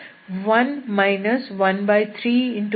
5